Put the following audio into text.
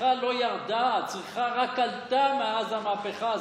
הצריכה לא ירדה, הצריכה רק עלתה מאז המהפכה הזאת.